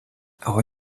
our